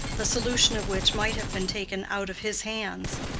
the solution of which might have been taken out of his hands.